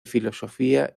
filosofía